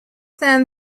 then